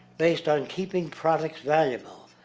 based on keeping products valuable.